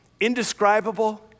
Indescribable